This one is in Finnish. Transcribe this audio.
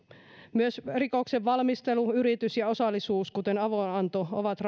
myös rikoksen valmisteluyritys ja osallisuus kuten avunanto ovat